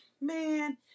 Man